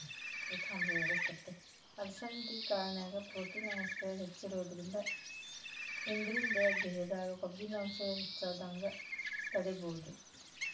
ಅಲಸಂಧಿ ಕಾಳಿನ್ಯಾಗ ಪ್ರೊಟೇನ್ ಅಂಶ ಹೆಚ್ಚಿರೋದ್ರಿಂದ ಇದ್ರಿಂದ ದೇಹದಾಗ ಕೊಬ್ಬಿನಾಂಶ ಹೆಚ್ಚಾಗದಂಗ ತಡೇಬೋದು